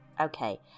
Okay